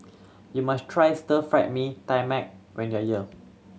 you must try Stir Fried Mee Tai Mak when you are here